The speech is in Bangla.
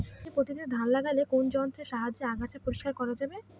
শ্রী পদ্ধতিতে ধান লাগালে কোন যন্ত্রের সাহায্যে আগাছা পরিষ্কার করা যাবে?